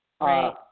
Right